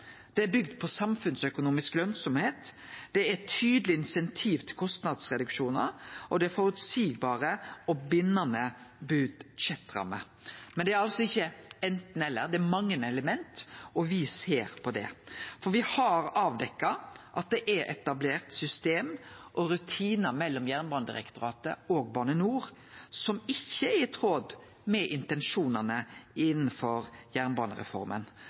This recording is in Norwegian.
Det er bygt på samfunnsøkonomisk lønsemd, det er tydelege insentiv til kostnadsreduksjonar, og det er føreseielege og bindande budsjettrammer. Men det er altså ikkje anten–eller, det er mange element, og me ser på det. For me har avdekt at det er etablert system og rutinar mellom Jernbanedirektoratet og Bane NOR som ikkje er i tråd med intensjonane i jernbanereforma.